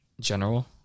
general